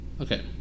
Okay